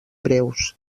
breus